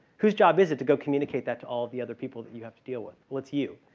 whose job is it to go communicate that to all of the other people that you have to deal with? well, it's you.